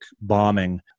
bombing